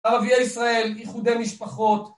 ערביי ישראל, איחודי משפחות